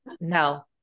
no